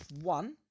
one